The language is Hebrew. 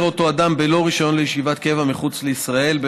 אותו אדם בלא רישיון לישיבת קבע מחוץ לישראל,